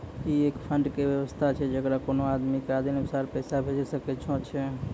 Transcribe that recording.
ई एक फंड के वयवस्था छै जैकरा कोनो आदमी के आदेशानुसार पैसा भेजै सकै छौ छै?